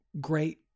great